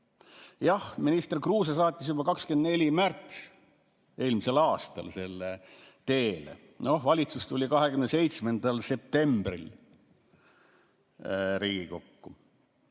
Jah, minister Kruuse saatis juba 24. märtsil eelmisel aastal selle teele. Valitsus tuli 27. septembril Riigikokku.